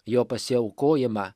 jo pasiaukojimą